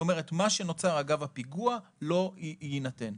מה שנוצר אגב הפיגוע, לא יינתן.